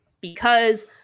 because-